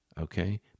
okay